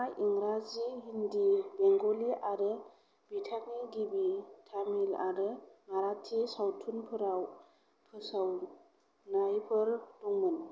इंराजि हिन्दी बेंगलि आरो बिथांनि गिबि तामिल आरो माराठी सावथुनफोराव फोसावनायफोर दंमोन